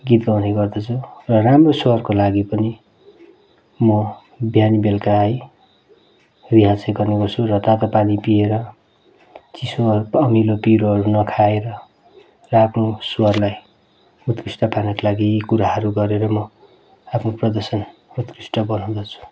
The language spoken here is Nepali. गीत गाउने गर्दछु र राम्रो स्वरको लागि पनि म बिहान बेलुका है रियाज चाहिँ गर्नेगर्छु र तातो पानीहरू पिएर चिसोहरू अमिलो पिरोहरू नखाएर र आफ्नो स्वरलाई उत्कृष्ट पार्नको लागि यी कुराहरू गरेर म आफ्नो प्रदर्शन उत्कृष्ट बनाउँदछु